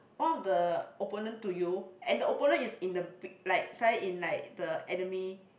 one of the opponent to you and the opponent is in the big like side in like the enemy